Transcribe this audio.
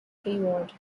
hayward